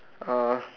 uh